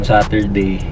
Saturday